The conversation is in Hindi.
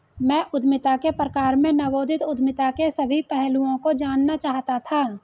मैं उद्यमिता के प्रकार में नवोदित उद्यमिता के सभी पहलुओं को जानना चाहता था